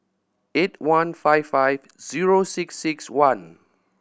eight one five five zero six six one